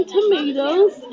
Tomatoes